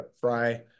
fry